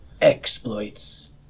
exploits